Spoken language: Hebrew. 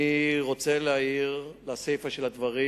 אני רוצה להעיר לסיפא של הדברים,